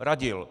Radil.